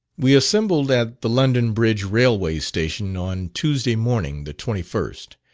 we assembled at the london bridge railway station on tuesday morning the twenty first,